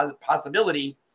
possibility